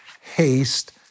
haste